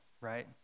right